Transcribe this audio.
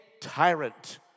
tyrant